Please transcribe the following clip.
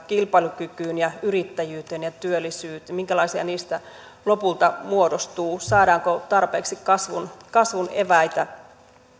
kilpailukykyyn ja yrittäjyyteen ja työllisyyteen ovat minkälaisia niistä lopulta muodostuu saadaanko tarpeeksi kasvun kasvun eväitä